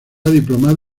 diplomado